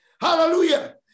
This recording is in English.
Hallelujah